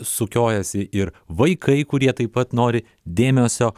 sukiojasi ir vaikai kurie taip pat nori dėmesio